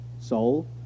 soul